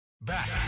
Back